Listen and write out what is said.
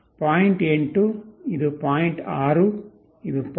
6 ಇದು 0